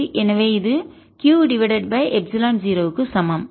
எனவே இது Q divided by epsilon 0 க்கு சமம்